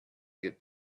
get